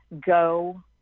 go